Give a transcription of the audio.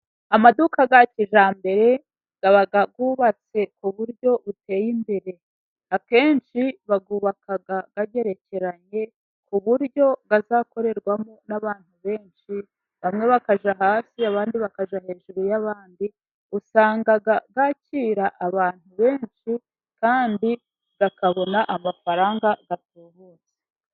Amaduka ya kijyambere, aba yubatse ku buryo buteye imbere. Akenshi bayubaka agerekeranye, ku buryo azakorerwamo n’abantu benshi. Bamwe bakajya hasi, abandi bakajya hejuru y’abandi. Usanga bakira abantu benshi, kandi bakabona amafaranga atubutse.